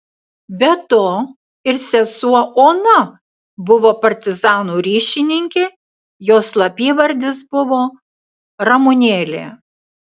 be to ir sesuo ona buvo partizanų ryšininkė jos slapyvardis buvo ramunėlė